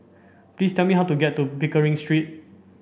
please tell me how to get to Pickering Street